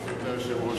ברשות היושב-ראש,